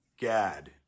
Gad